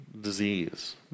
disease